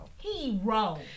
hero